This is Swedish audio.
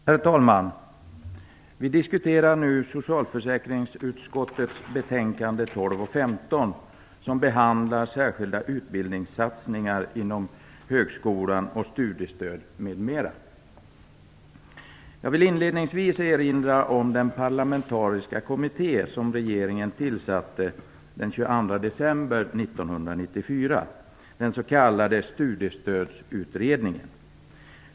Herr talman! Vi diskuterar nu socialförsäkringsutskottets betänkanden 12 och 15 som behandlar särskilda utbildningssatsningar inom högskolan, studiestöd, m.m. Jag vill inledningsvis erinra om den parlamentariska kommitté som regeringen tillsatte den 22 december 1994, den s.k. Studiestödsutredningen.